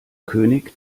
könig